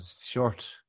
short